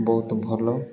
ବହୁତ ଭଲ